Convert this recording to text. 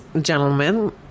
gentlemen